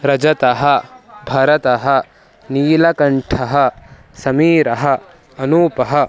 रजतः भरतः नीलकण्ठः समीरः अनूपः